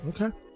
Okay